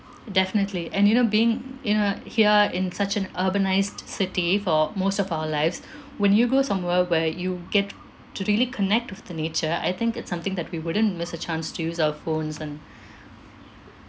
definitely and you know being you know here in such an urbanised city for most of our lives when you go somewhere where you get to really connect with the nature I think it's something that we wouldn't miss a chance to use our phones on